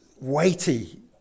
weighty